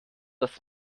das